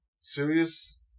serious